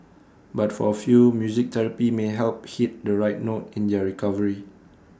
but for A few music therapy may help hit the right note in their recovery